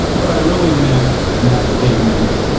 what i really meant in that statement,